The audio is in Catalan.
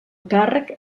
càrrec